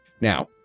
Now